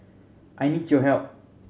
I need your help